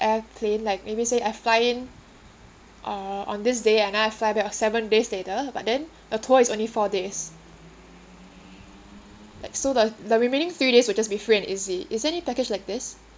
airplane like maybe say I fly in uh on this day and I fly back on seven days later but then the tour is only four days like so the the remaining three days will just be free and easy is there any package like this